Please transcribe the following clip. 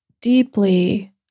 deeply